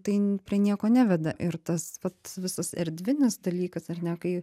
tai prie nieko neveda ir tas vat visas erdvinis dalykas ar ne kai